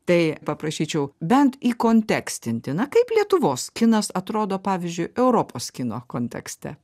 tai paprašyčiau bent įkontekstinti na kaip lietuvos kinas atrodo pavyzdžiui europos kino kontekste